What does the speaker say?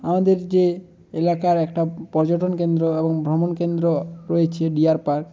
আমাদের যে এলাকার একটা পর্যটন কেন্দ্র এবং ভ্রমণ কেন্দ্র রয়েছে ডিআর পার্ক